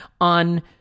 on